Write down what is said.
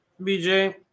BJ